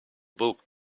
book